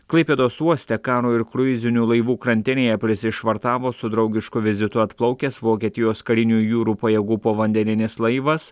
klaipėdos uoste karo ir kruizinių laivų krantinėje prisišvartavo su draugišku vizitu atplaukęs vokietijos karinių jūrų pajėgų povandeninis laivas